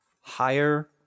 Higher